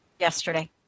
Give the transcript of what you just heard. yesterday